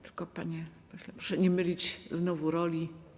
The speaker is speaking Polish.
Tylko, panie pośle, proszę nie mylić znowu roli.